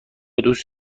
دوست